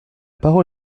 parole